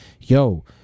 yo